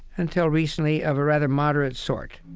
until recently, of a rather moderate sort